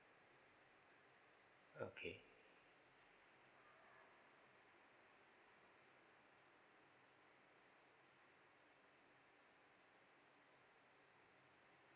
okay